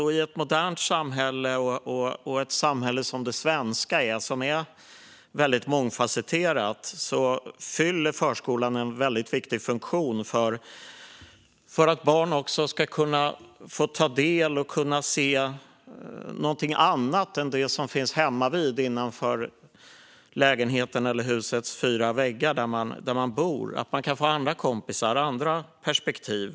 Och i ett modernt samhälle och ett samhälle som det svenska, som är väldigt mångfasetterat, fyller förskolan en väldigt viktig funktion för att barn också ska kunna få ta del av och kunna se någonting annat än det som finns hemmavid innanför lägenhetens eller husets fyra väggar där man bor. Man kan få andra kompisar och andra perspektiv.